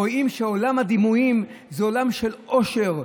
רואים שעולם הדימויים זה עולם של עושר,